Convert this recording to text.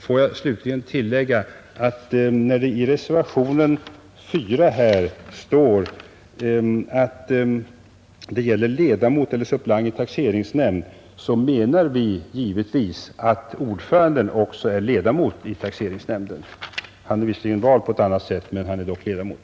Låt mig slutligen tillägga att när det i reservationen 4 står ”ledamot eller suppleant i taxeringsnämnd” så menar vi givetvis att ordföranden också är ledamot i taxeringsnämnden. Han är visserligen utsedd på ett annat sätt, men han är ledamot.